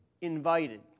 invited